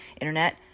internet